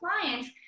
clients